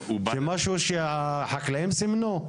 זה משהו שהחקלאים סימנו?